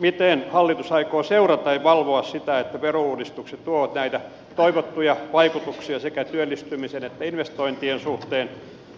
miten hallitus aikoo seurata ja valvoa sitä että verouudistukset tuovat näitä toivottuja vaikutuksia sekä työllistymisen että investointien suhteen